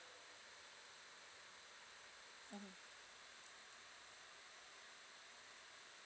mmhmm